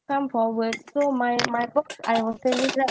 come forward so my my box I was standing right